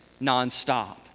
nonstop